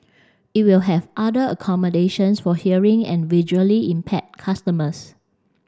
it will have other accommodations for hearing and visually impaired customers